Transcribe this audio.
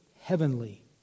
heavenly